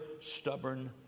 stubborn